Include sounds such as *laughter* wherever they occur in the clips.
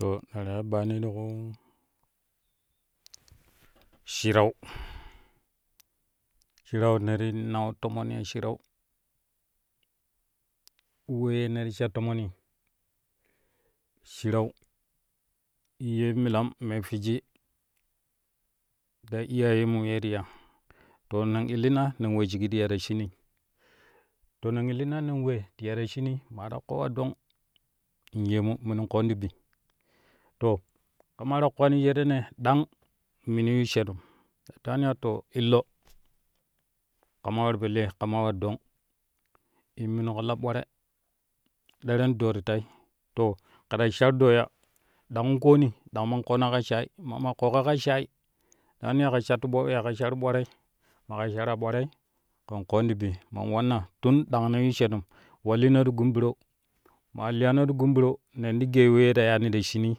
To ne ta ya bayani ti ku shirau, shirau ne ti nau tomoni ya shirau wee ne to sha tomoni shirau ye milan me fwiki ta iyayemu ye ti ya to nen illina ne we shiji ti ya ta shinii to men illina nen we ti ya ta shunii maa ta koo war dong in yeemu minin koon ti bi to ke maa ta kowani shealene dang mini yu shenun ta tewari ya to illo kamar po lee kamar war dong in mingo la bware deren doo to tai to kɛ ta shar doo ya dangin kooni dand man koona ka shaai man ma kooƙa ka shaai ta tewani yaƙo sharu bwarei maƙee sharaa ɓwarei kɛn koon ti bi man wanna tun dang nee yu shenum wa linoti gun biro maa liyano ti gun biro nen ti gee wee ta yaani ta shinii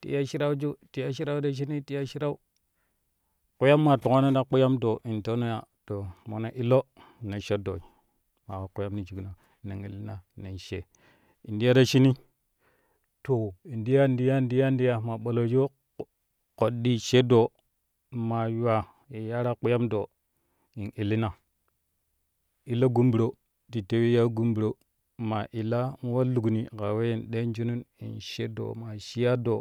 ti ya shiraju ti ya shirauju ta shinii ti ya shirau kpiyam man tukano ta kpiyam doo in teuno ya to mono illo ne sho doo to ma ka kpiyam ti shukno nen illina nen she in ti ya ta shinii to in to ya in ti ya in ti ya in ti ya ma ɓalloju koɗɗi she doo maa yuwaa ye yaraa kpiyam doo in illina illo gun biro ti tewi yaa gun biro maa illa in war lukni kaa weyye in deenijun *unintelligible* to ma shiyaa da.